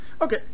okay